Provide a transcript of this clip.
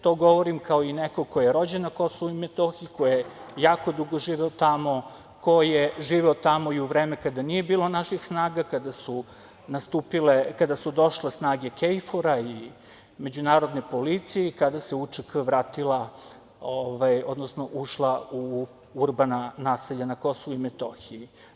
To govorim i kao neko ko je rođen na Kosovu i Metohiji, ko je jako dugo živeo tamo, ko je živeo tamo i u vreme kada nije bilo naših snaga, kada su došle snage KFOR i međunarodne policije i kada se UČK vratila, odnosno ušla u urbana naselja na Kosovu i Metohiji.